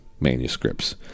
manuscripts